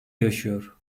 yaşıyor